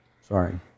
Sorry